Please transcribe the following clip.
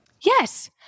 Yes